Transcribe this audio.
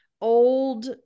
old